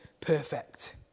perfect